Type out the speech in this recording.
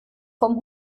vom